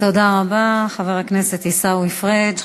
תודה רבה, חבר הכנסת עיסאווי פריג'.